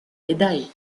médailles